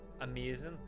amazing